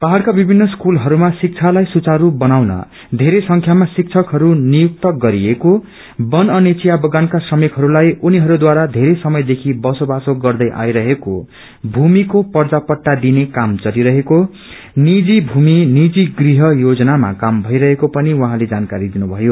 पहाड़का विभिन्न स्कूलहरूमा शिब्बालाई सुचारू बनाउन धेरै संख्यामा शिब्रकहरू नियुक्त गरिएको बन अनि चिया बगानका श्रमिकहरूलाई उनीहरूद्वारा वेरै समयदेखि बसोबासो गर्दै आइरहेका भूमिको पर्जापट्टा दिने क्रम चलिरहेको निजी भूमि नीजि गृह योजनामा काम भइरहेको पनि उहाँले जानकारी दिनुथयो